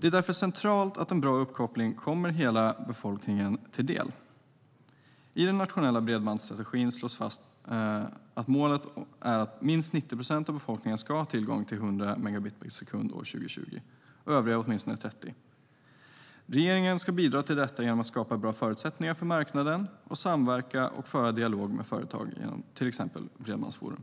Därför är det centralt att en bra uppkoppling kommer hela befolkningen till del. I den nationella bredbandsstrategin slås fast att målet är att minst 90 procent av befolkningen ska ha tillgång till 100 megabit per sekund år 2020 och övriga åtminstone 30 megabit per sekund. Regeringen ska bidra till detta genom att skapa bra förutsättningar för marknaden och samverka och föra dialog med företag genom exempelvis bredbandsforum.